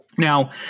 Now